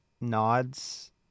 nods